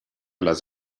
les